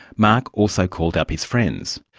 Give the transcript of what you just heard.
mark also called up his friends.